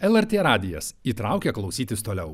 lrt radijas įtraukia klausytis toliau